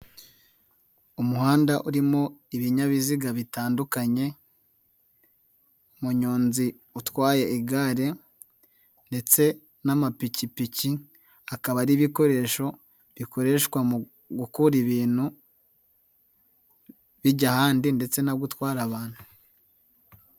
Umuhanda urimo ibinyabiziga bitandukanye, umunyonzi utwaye igare ndetse n'amapikipiki, akaba ari ibikoresho bikoreshwa mu gukora ibintu bijya ahandi ndetse no gutwara abantu.